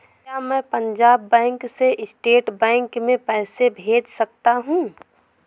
क्या मैं पंजाब बैंक से स्टेट बैंक में पैसे भेज सकता हूँ?